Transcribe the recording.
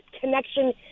connection